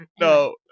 No